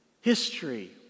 history